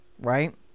right